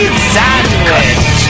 sandwich